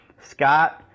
Scott